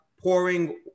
Pouring